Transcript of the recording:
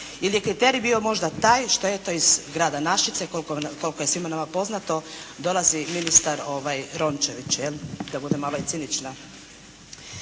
Ili je kriterij možda bio taj što je eto iz grada Našica i koliko je svima nama poznato dolazi ministar Rončević. Je li, da budem i malo cinična.